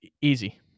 easy